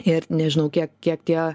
ir nežinau kiek kiek tie